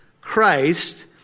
Christ